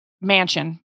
mansion